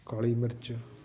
ਕਾਲੀ ਮਿਰਚ